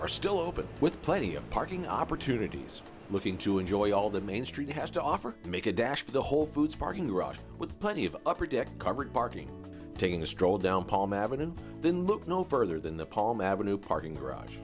are still open with plenty of parking opportunities looking to enjoy all the main street has to offer to make a dash for the whole foods parking garage with plenty of upper deck covered parking taking a stroll down palm ave and then look no further than the palm avenue parking garage